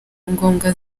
ngombwa